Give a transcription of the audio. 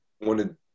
wanted